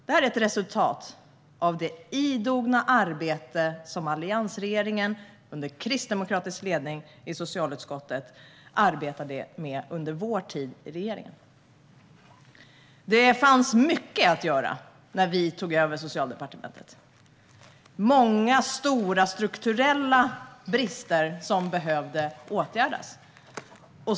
Detta är ett resultat av det idoga arbete som alliansregeringen under kristdemokratisk ledning gjorde i socialutskottet. Det fanns mycket att göra när vi tog över Socialdepartementet. Det fanns många stora strukturella brister som behövde åtgärdas.